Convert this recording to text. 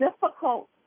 difficult